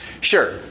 sure